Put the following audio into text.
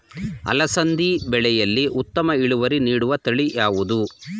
ಅಲಸಂದಿ ಬೆಳೆಯಲ್ಲಿ ಉತ್ತಮ ಇಳುವರಿ ನೀಡುವ ತಳಿ ಯಾವುದು?